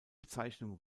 bezeichnung